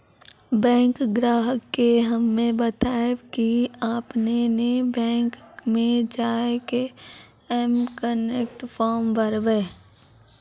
bank ग्राहक के हम्मे बतायब की आपने ने बैंक मे जय के एम कनेक्ट फॉर्म भरबऽ